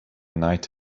night